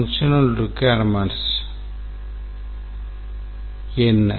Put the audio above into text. ஒரு செயல்பாட்டுத் தேவை என்ன